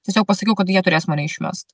tiesiog pasakiau kad jie turės mane išmest